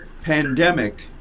pandemic